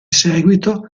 seguito